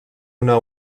una